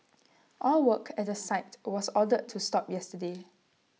all work at the site was ordered to stop yesterday